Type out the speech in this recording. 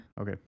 okay